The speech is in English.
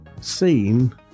seen